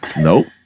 Nope